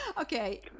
Okay